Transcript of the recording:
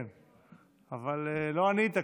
כן, אבל לא ענית.